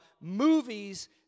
movies